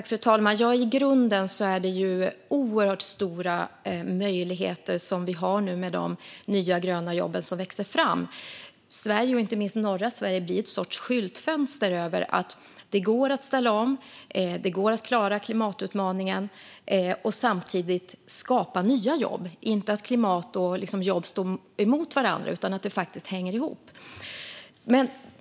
Fru talman! I grunden är det oerhört stora möjligheter som finns med de nya gröna jobben som växer fram. Sverige, inte minst norra Sverige, blir en sorts skyltfönster över att det går att ställa om, att klara klimatutmaningen, och samtidigt skapa nya jobb. Klimat och jobb står inte mot varandra, utan de hänger faktiskt ihop.